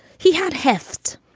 he had heft.